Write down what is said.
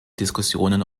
diskussionen